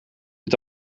het